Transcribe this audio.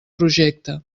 projecte